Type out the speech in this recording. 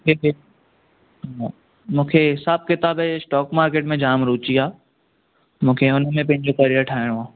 मूंखे हिसाबु किताब ऐं स्टॉक मार्किट में जाम रूचि आहे मूंखे उन्हनि में पंहिंजो करियर ठाहिणो आहे